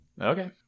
Okay